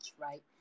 right